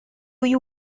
you